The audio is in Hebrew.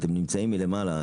אתם נמצאים מלמעלה,